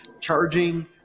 charging